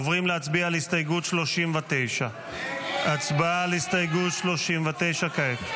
עוברים להצביע על הסתייגות 39. הצבעה על הסתייגות 39 כעת.